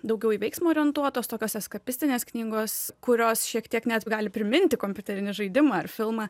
daugiau į veiksmą orientuotos tokios eskapistinės knygos kurios šiek tiek net gali priminti kompiuterinį žaidimą ar filmą